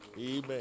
Amen